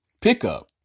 pickup